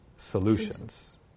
solutions